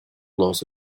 lost